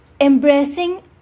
Embracing